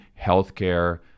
healthcare